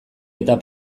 eta